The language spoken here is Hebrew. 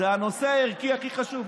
זה הנושא הערכי הכי חשוב.